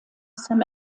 saint